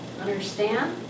Understand